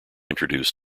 introduced